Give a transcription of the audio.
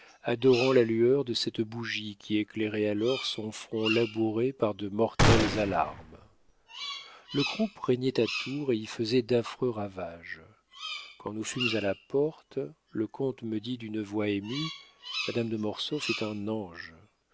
adorant la lueur de cette bougie qui éclairait alors son front labouré par de mortelles alarmes le croup régnait à tours et y faisait d'affreux ravages quand nous fûmes à la porte le comte me dit d'une voix émue madame de mortsauf est un ange